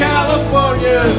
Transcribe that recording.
California